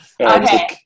Okay